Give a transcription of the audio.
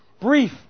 brief